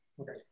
Okay